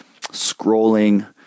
scrolling